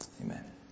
Amen